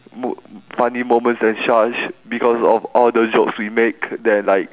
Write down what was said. mom~ funny moments and such because of all the jokes we make then like